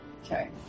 okay